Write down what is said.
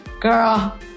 girl